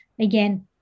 again